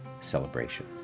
celebration